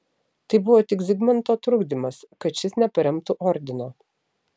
tai buvo tik zigmanto trukdymas kad šis neparemtų ordino